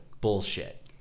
bullshit